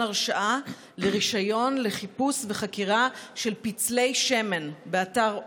הרשאה לרישיון לחיפוש וחקירה של פצלי שמן באתר אורון.